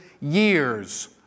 years